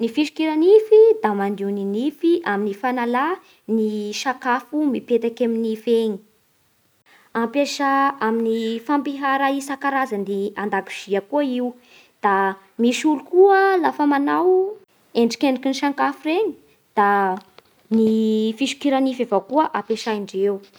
Ny fisokira-nify da mandio ny nify amin'ny fanàla ny sakafo mipetaky amin'ny nife egny. Ampiasa amin'ny fampihara isan-karazany andakozy koa io, da misy olo koa lafa manao endrikendriky ny sakafo regny da ny fisokira-nify avao koa ampiasan-dreo